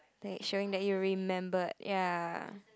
that you showing that you remembered ya